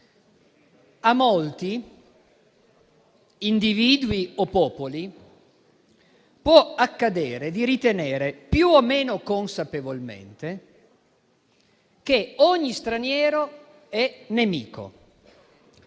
a molti, individui o popoli, può accadere di ritenere, più o meno consapevolmente, che ogni straniero è nemico.